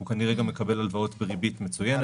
הוא כנראה גם מקבל הלוואות בריבית מצוינת.